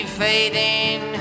fading